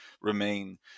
remain